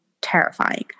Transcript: terrifying